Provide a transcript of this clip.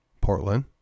Portland